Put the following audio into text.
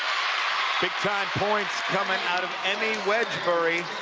time points coming out of emmy wedgbury,